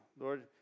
Lord